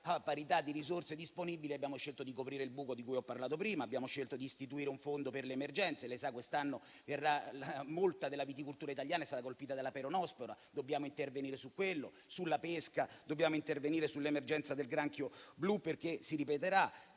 parità di risorse disponibili, abbiamo scelto di coprire il buco di cui ho parlato prima, e abbiamo scelto di istituire un fondo per le emergenze. Come lei sa, quest'anno molta della viticoltura italiana è stata colpita dalla peronospora e su questo dobbiamo intervenire. Per quanto riguarda la pesca, dobbiamo intervenire sull'emergenza del granchio blu, perché si ripeterà.